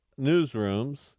newsrooms